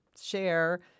share